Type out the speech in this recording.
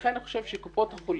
לכן אני חושב שקופות החולים,